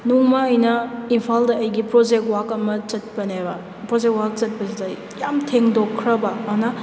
ꯅꯣꯡꯃ ꯑꯩꯅ ꯏꯝꯐꯥꯜꯗ ꯑꯩꯒꯤ ꯄ꯭ꯔꯣꯖꯦꯛ ꯋꯥꯛ ꯑꯃ ꯆꯠꯄꯅꯦꯕ ꯄ꯭ꯔꯣꯖꯦꯛ ꯋꯥꯛ ꯆꯠꯄꯁꯤꯗ ꯑꯩ ꯌꯥꯝꯅ ꯊꯦꯡꯗꯣꯛꯈ꯭ꯔꯕ ꯑꯗꯨꯅ